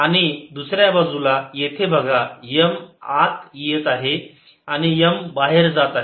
आणि दुसऱ्या बाजूला येथे बघा M आत येत आहे आणि M बाहेर जात आहे